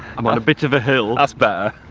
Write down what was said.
i'm at a bit of a hill. that's better.